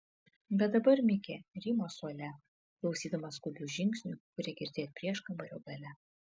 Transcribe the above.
bet dabar mikė rymo suole klausydamas skubių žingsnių kurie girdėt prieškambario gale